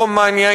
רומניה,